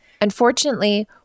Unfortunately